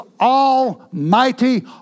almighty